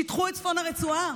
שיטחו את צפון הרצועה,